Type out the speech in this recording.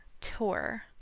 Tour